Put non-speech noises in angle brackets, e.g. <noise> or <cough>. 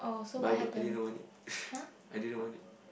but I don't I didn't want it <laughs> I didn't want it